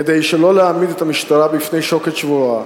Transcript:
כדי שלא להעמיד את המשטרה בפני שוקת שבורה,